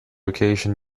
occasion